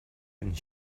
and